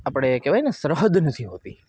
આપણે કહેવાય ને સરહદ નથી હોતી